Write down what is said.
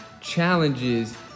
challenges